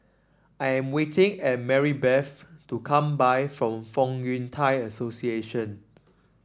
I am waiting and Marybeth to come back from Fong Yun Thai Association